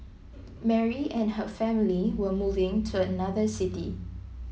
Mary and her family were moving to another city